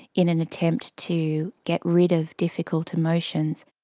in an attempt to get rid of difficult emotions.